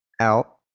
out